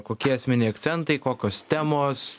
kokie esminiai akcentai kokios temos